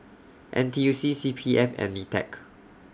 N T U C C P F and NITEC